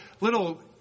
little